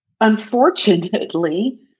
unfortunately